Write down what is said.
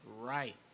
right